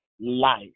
Life